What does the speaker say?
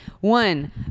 one